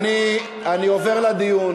אני עובר לדיון.